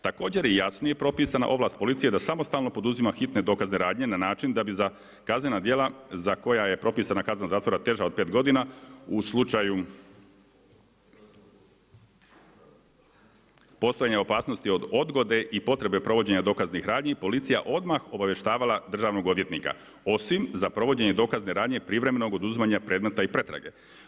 Također je jasnije propisana ovlast policije, da samostalno poduzima hitne dokaze radnje, na način da bi za kaznena dijela, za koja je propisana kazna zatvora, teža od 5 godina u slučaju postojanje opasnosti od odgode i potrebe provođenja dokaznih radnji, policija odmah obavještavala državnog odvjetnika, osim za provođenje dokazne radnje, privremenog oduzimanja predmetna i pretrage.